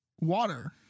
Water